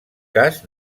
cas